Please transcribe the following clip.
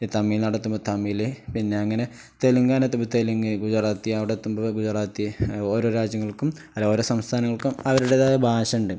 തമിഴനാടെത്തുമ്പോൾ തമിഴ് പിന്നെ അങ്ങനെ തെലുങ്കാന എത്തുമ്പോൾ തെലുങ്ക് ഗുജറാത്തി അവിടെ എത്തുമ്പോൾ ഗുജറാത്തി ഓരോ രാജ്യങ്ങൾക്കും അല്ല ഓരോ സംസ്ഥാനങ്ങൾക്കും അവരുടേതായ ഭാഷ ഉണ്ട്